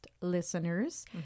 listeners